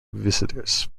visitors